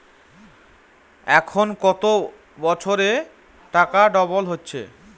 এখন কত বছরে টাকা ডবল হচ্ছে?